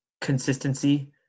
Consistency